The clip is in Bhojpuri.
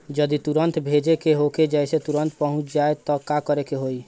जदि तुरन्त भेजे के होखे जैसे तुरंत पहुँच जाए त का करे के होई?